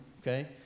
Okay